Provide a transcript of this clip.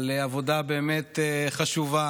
על עבודה באמת חשובה